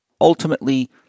ultimately